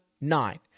nine